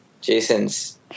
Jason's